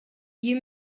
you